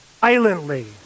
violently